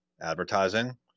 advertising